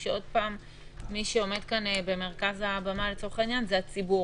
כאשר מי שעומד כאן במרכז הבמה זה הציבור.